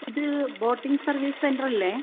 ഇത് boating service സെൻ്ററല്ലേ